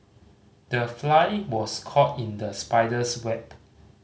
the fly was caught in the spider's web